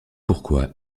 pourquoi